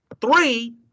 Three